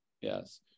yes